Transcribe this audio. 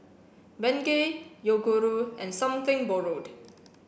Bengay Yoguru and something borrowed